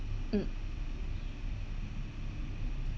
mm